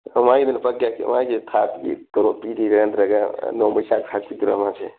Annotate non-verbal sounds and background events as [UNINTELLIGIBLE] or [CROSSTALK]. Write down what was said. [UNINTELLIGIBLE] ꯂꯨꯄꯥ ꯀꯌꯥ ꯀꯌꯥ ꯃꯥꯏꯁꯤ ꯊꯥꯗꯨꯒꯤ ꯇꯣꯂꯣꯞ ꯄꯤꯔꯤꯔ ꯅꯠꯇ꯭ꯔꯒ ꯅꯣꯡꯃꯩ [UNINTELLIGIBLE]